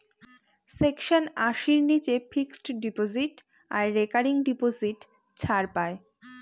section আশির নীচে fixed deposit আর রেকারিং ডিপোজিট ছাড় পাই